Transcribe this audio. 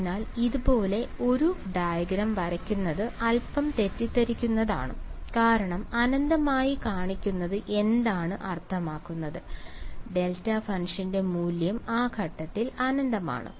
അതിനാൽ ഇതുപോലെ ഒരു ഡയഗ്രം വരയ്ക്കുന്നത് അൽപ്പം തെറ്റിദ്ധരിപ്പിക്കുന്നതാണ് കാരണം അനന്തമായി കാണിക്കുന്നത് എന്താണ് അർത്ഥമാക്കുന്നത് ഡെൽറ്റ ഫംഗ്ഷന്റെ മൂല്യം ആ ഘട്ടത്തിൽ അനന്തമാണ്